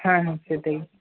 হ্যাঁ হ্যাঁ সেটাই